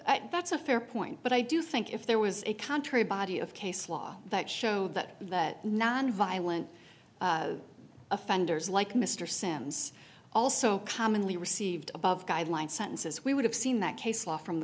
think that's a fair point but i do think if there was a contrary body of case law that show that that nonviolent offenders like mr sims also commonly received above guideline sentences we would have seen that case law from the